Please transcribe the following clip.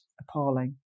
appalling